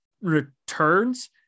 returns